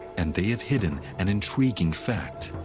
and they have hidden an intriguing fact.